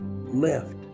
left